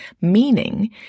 meaning